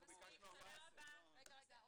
עם אלפי בתי עסק,